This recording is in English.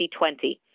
2020